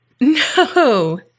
No